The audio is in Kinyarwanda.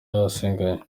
yasigaye